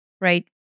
right